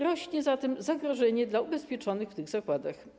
Rośnie zatem zagrożenie dla ubezpieczonych w tych zakładach.